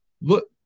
look